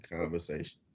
conversation